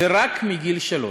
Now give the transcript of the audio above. ורק מגיל שלוש.